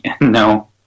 no